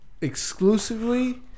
exclusively